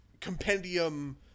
compendium